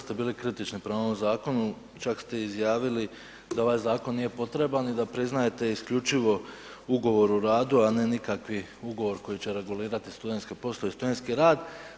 Kolega Đujić, dosta ste bili kritični prema ovom zakonu, čak ste izjavili da ovaj zakon nije potreban i da priznajete isključivo ugovor o radu, a ne nikakvi ugovor koji će regulirati studentske poslove i studentski rad.